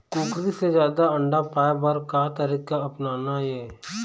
कुकरी से जादा अंडा पाय बर का तरीका अपनाना ये?